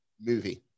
Movie